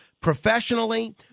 Professionally